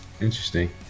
Interesting